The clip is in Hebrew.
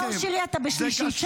נאור שירי, אתה בשלישית.